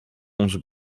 onze